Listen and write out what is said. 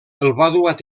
terme